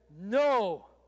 no